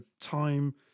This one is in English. time